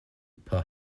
per